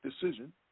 decision